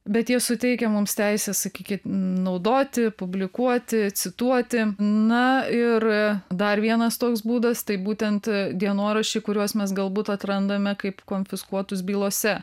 bet jie suteikia mums teisę sakyki naudoti publikuoti cituoti na ir dar vienas toks būdas tai būtent dienoraščiai kuriuos mes galbūt atrandame kaip konfiskuotus bylose